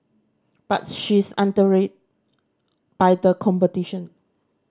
but she is by the competition